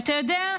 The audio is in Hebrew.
אתה יודע,